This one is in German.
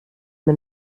mir